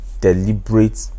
deliberate